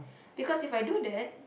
because If I do that